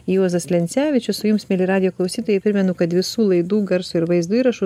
juozas lencevičius o jums mieli radijo klausytojai primenu kad visų laidų garso ir vaizdo įrašus